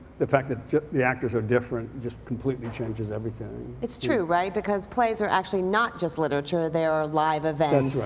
the fact that the actors are different just completely changes everything. it's true, right? because plays are actually not just literature. they are live events,